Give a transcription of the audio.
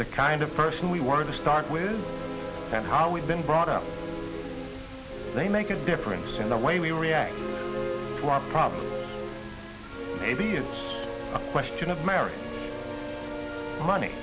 the kind of person we were to start with and how we've been brought up they make a difference in the way we react to our problems maybe it's a question of married money